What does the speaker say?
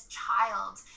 child